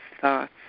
thoughts